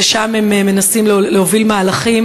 ששם הם מנסים להוביל מהלכים,